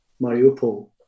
Mariupol